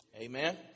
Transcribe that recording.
Amen